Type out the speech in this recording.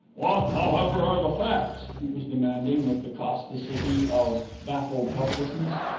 what, however, are the facts? it was demanding, with the causticity of baffled helplessness.